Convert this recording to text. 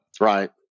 Right